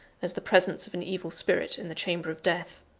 as the presence of an evil spirit in the chamber of death.